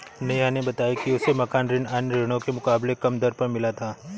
नेहा ने बताया कि उसे मकान ऋण अन्य ऋणों के मुकाबले कम दर पर मिला था